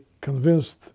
convinced